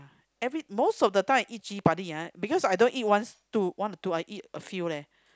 every most of the time I eat chili padi ah because I don't eat once two one or two I eat a few leh